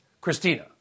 Christina